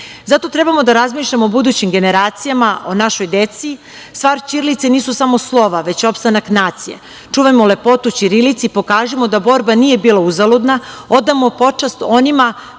Zato trebamo da razmišljamo o budućim generacijama, o našoj deci. Stvar ćirilice nisu samo slova, već opstanak nacije. Čuvajmo lepotu ćirilice i pokažimo da borba nije bila uzaludna, odamo počast onima